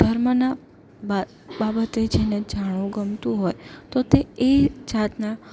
ધર્મનાં બાબતે જેને જાણવું ગમતું હોય તો તે એ જાતના